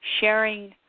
sharing